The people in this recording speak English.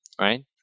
right